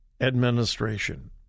administration